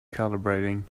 calibrating